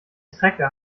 trecker